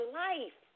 life